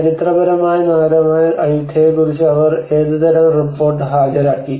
ചരിത്രപരമായ നഗരമായ ആയുത്തയയെക്കുറിച്ച് അവർ ഏതുതരം റിപ്പോർട്ട് ഹാജരാക്കി